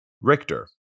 Richter